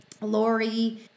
Lori